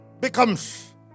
becomes